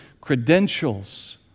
credentials